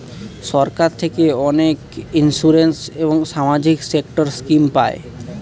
সরকার থেকে অনেক ইন্সুরেন্স এবং সামাজিক সেক্টর স্কিম পায়